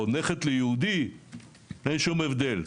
או נכד ליהודי אין שום הבדל,